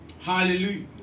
Hallelujah